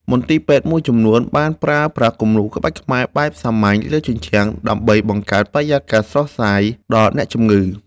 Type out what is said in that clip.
មន្ទីរពេទ្យមួយចំនួនបានប្រើប្រាស់គំនូរក្បាច់ខ្មែរបែបសាមញ្ញលើជញ្ជាំង ដើម្បីបង្កើតបរិយាកាសស្រស់ស្រាយដល់អ្នកជំងឺ។